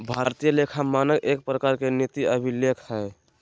भारतीय लेखा मानक एक प्रकार के नीति अभिलेख हय